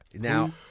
Now